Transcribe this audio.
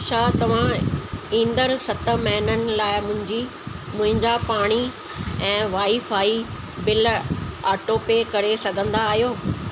छा तव्हां ईंदड़ सत महिननि लाइ मुंहिंजी मुंहिंजा पाणी ऐं वाई फाई बिल ऑटोपे करे सघंदा आहियो